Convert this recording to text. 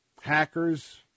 hackers